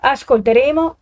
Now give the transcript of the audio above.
Ascolteremo